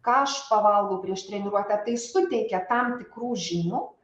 ką aš pavalgau prieš treniruotę tai suteikia tam tikrų žinių